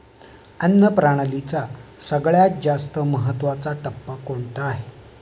अन्न प्रणालीचा सगळ्यात जास्त महत्वाचा टप्पा कोणता आहे?